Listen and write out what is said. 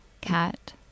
Cat